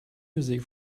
music